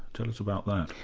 tell us about that.